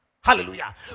Hallelujah